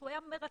שהוא היה מרתק,